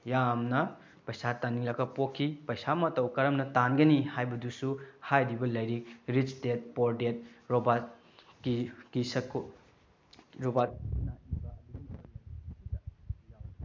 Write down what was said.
ꯌꯥꯝꯅ ꯄꯩꯁꯥ ꯇꯥꯟꯅꯤꯡꯂꯛꯄ ꯄꯣꯛꯈꯤ ꯄꯩꯁꯥ ꯃꯇꯧ ꯀꯔꯝꯅ ꯇꯥꯟꯒꯅꯤ ꯍꯥꯏꯕꯗꯨꯁꯨ ꯍꯥꯏꯔꯤꯕ ꯂꯥꯏꯔꯤꯛ ꯔꯤꯁ ꯗꯦꯠ ꯄꯣꯔ ꯗꯦꯠ ꯔꯣꯕꯥꯔꯠ ꯔꯣꯕꯥꯔꯠ ꯅ ꯏꯕ ꯑꯗꯨꯒꯨꯝꯕ ꯂꯥꯏꯔꯤꯛ ꯑꯗꯨꯗ ꯌꯥꯎꯔꯤ